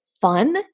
fun